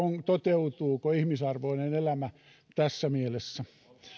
toteutuuko ihmisarvoinen elämä tässä mielessä